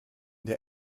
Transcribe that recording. der